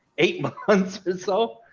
eight months. and so